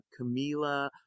Camila